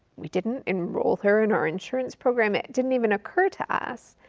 we didn't enroll her in our insurance program, it didn't even occur to us,